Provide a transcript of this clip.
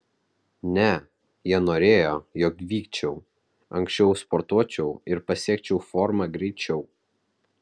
ne jie norėjo jog vykčiau anksčiau sportuočiau ir pasiekčiau formą greičiau